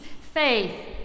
faith